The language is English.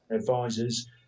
advisors